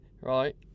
Right